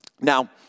Now